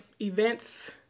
events